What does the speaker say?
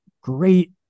great